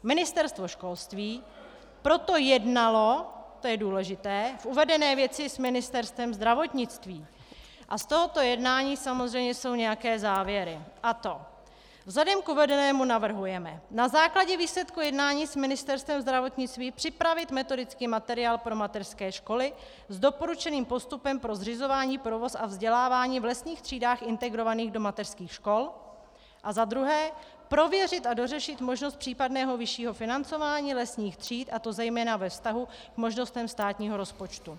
Ministerstvo školství proto jednalo to je důležité v uvedené věci s Ministerstvem zdravotnictví a z tohoto jednání samozřejmě jsou nějaké závěry, a to: Vzhledem k uvedenému navrhujeme na základě výsledku jednání s Ministerstvem zdravotnictví připravit metodický materiál pro mateřské školy s doporučeným postupem pro zřizování, provoz a vzdělávání v lesních třídách integrovaných do mateřských škol, a za druhé, prověřit a dořešit možnost případného vyššího financování lesních tříd, a to zejména ve vztahu k možnostem státního rozpočtu.